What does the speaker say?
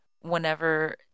whenever